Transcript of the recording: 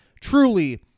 Truly